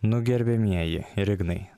nu gerbiamieji ir ignai